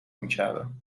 میکردم